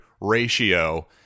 ratio